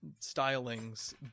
stylings